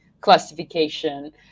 classification